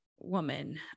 Woman